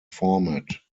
format